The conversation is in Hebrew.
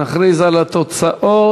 נכריז על התוצאות.